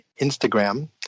Instagram